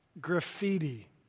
Graffiti